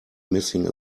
missing